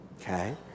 Okay